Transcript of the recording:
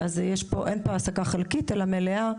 אין פה העסקה חלקית, אלא מלאה.